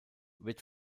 wird